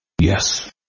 Yes